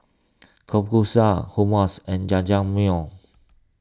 Kalguksu Hummus and Jajangmyeon